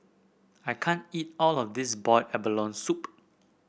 I can't eat all of this Boiled Abalone Soup